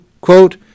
quote